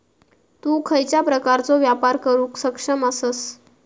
तु खयच्या प्रकारचो व्यापार करुक सक्षम आसस?